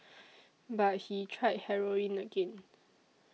but he tried heroin again